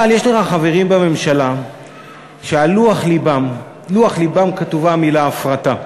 אבל יש לך חברים בממשלה שעל לוח לבם כתובה המילה הפרטה,